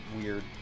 weird